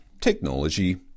technology